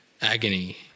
agony